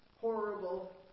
horrible